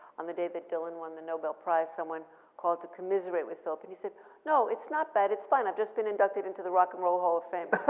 on the day that dylan won the nobel prize, someone called to commiserate with philip and he said no, it's not bad, it's fun. i've just been inducted into the rock and roll hall of fame.